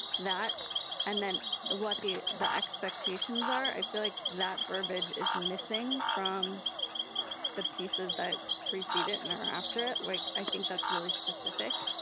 that and then what the the expectations are, i feel like that verbiage is missing from the pieces that precede it and are after it, like i think that's really specific.